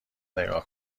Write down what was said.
نگاه